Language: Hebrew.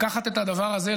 לקחת את הדבר הזה,